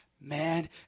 man